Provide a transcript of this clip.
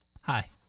Hi